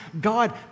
God